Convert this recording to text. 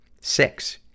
Six